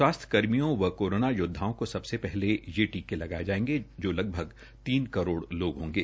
स्वास्थ्य कर्मियों व कोरोना योद्वाओं को सबसे पहले ये टीके लगाये जायेंगे जो लगभग तीन करोड़ लोग होंगे